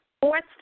Fourth